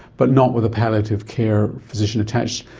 but not with a palliative care physician attached.